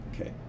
Okay